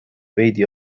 veidi